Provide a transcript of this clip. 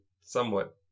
somewhat